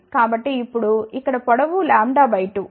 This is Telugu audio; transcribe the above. కాబట్టి ఇప్పుడు ఇక్కడ పొడవు λ బై 2